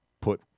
put